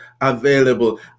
available